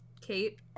Kate